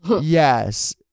Yes